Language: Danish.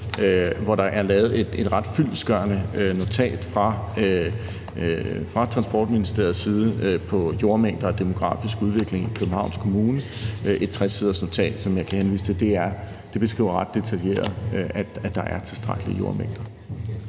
Der er lavet et ret fyldestgørende notat fra Transportministeriets side om jordmængder og demografisk udvikling i Københavns Kommune – et tresiders notat, som jeg kan henvise til; det beskriver ret detaljeret, at der er tilstrækkelige jordmængder.